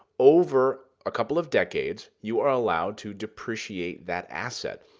over a couple of decades, you are allowed to depreciate that asset.